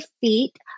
feet